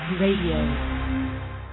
Radio